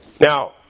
Now